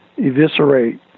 eviscerate